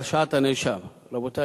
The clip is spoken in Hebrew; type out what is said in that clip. רבותי,